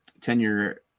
tenure